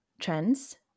trends